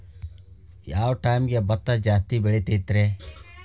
ಯಾವ ಟೈಮ್ಗೆ ಭತ್ತ ಜಾಸ್ತಿ ಬೆಳಿತೈತ್ರೇ?